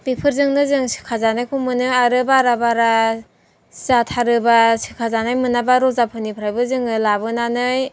बेफोरजोंनो जों सोखाजानायखौ मोनो आरो बाराबारा जाथारोबा सोखाजानाय मोनाबा रजाफोरनिफ्रायबो जोङो लाबोनानै